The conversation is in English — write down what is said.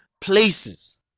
places